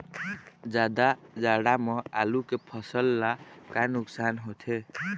जादा जाड़ा म आलू के फसल ला का नुकसान होथे?